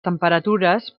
temperatures